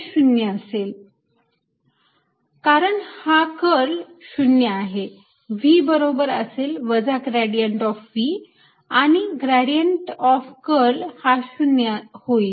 x∂xy∂yz∂z×x∂V∂xy∂V∂yz∂V∂z z componentz2V∂x∂y 2V∂x∂y0 कारण हा curl 0 आहे V बरोबर असेल वजा ग्रेडियंट ऑफ V आणि ग्रेडियंट ऑफ कर्ल हा 0 होईल